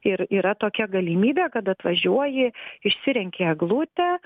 ir yra tokia galimybė kad atvažiuoji išsirenki eglutę